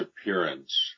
appearance